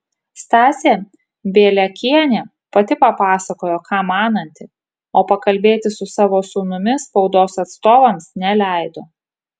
stasė bieliakienė pati papasakojo ką mananti o pakalbėti su savo sūnumi spaudos atstovams neleido